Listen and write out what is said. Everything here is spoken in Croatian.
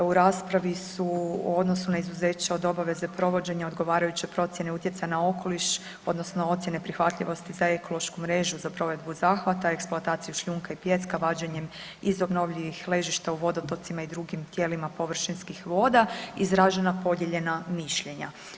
U raspravi su u odnosu na izuzeće od obaveze provođenja odgovarajuće procjene utjecaja na okoliš odnosno ocjene prihvatljivosti za ekološku mrežu za provedbu zahvata, eksploataciju šljunka i pijeska vađenjem iz obnovljivih ležišta u vodotocima i drugim tijelima površinskih voda izražena podijeljena mišljenja.